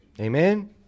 Amen